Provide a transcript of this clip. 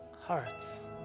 hearts